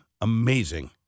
amazing